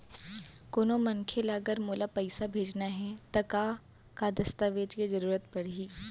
कोनो मनखे ला अगर मोला पइसा भेजना हे ता का का दस्तावेज के जरूरत परही??